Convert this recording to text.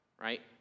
right